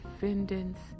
defendants